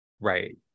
Right